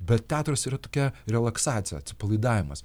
bet teatras yra tokia relaksacija atsipalaidavimas